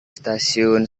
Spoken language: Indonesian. stasiun